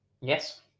Yes